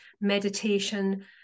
meditation